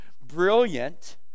brilliant